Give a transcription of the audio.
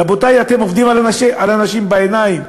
רבותי, אתם עובדים על אנשים בעיניים.